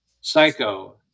Psycho